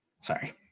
Sorry